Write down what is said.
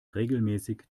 regelmäßig